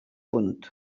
punt